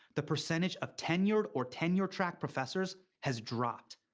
the percentage of tenured or tenure-track professors has dropped.